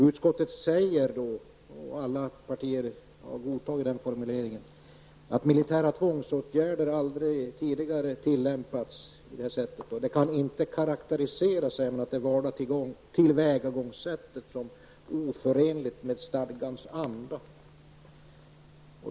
Utskottet säger, och alla partier har godtagit den formuleringen, att militära tvångsåtgärder aldrig tidigare tillämpats och att man därför inte kan karakterisera det valda tillvägagångssättet som oförenligt med stadgans anda.